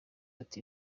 ati